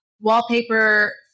wallpaper